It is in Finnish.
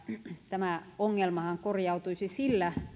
tämä ongelmahan korjautuisi sillä